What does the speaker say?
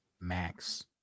max